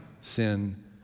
sin